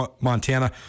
Montana